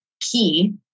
key